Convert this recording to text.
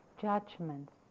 judgments